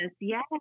yes